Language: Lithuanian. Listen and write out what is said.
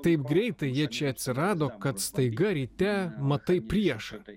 taip greitai jie čia atsirado kad staiga ryte matai priešą